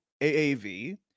AAV